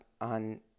on